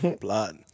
blood